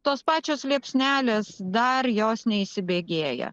tos pačios liepsnelės dar jos neįsibėgėja